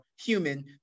human